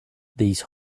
these